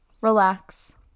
relax